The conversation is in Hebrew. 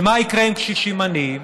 ומה יקרה עם קשישים עניים?